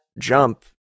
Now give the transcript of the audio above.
Jump